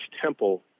temple